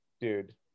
dude